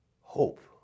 hope